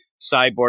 Cyborg